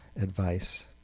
advice